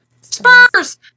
Spurs